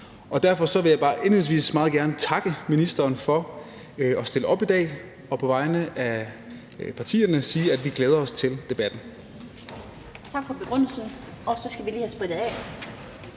Derfor vil jeg bare indledningsvis meget gerne takke ministeren for at stille op i dag og på vegne af partierne sige, at vi glæder os til debatten.